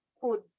food